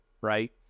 right